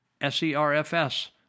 S-E-R-F-S